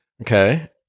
Okay